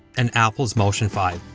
and apple's motion five.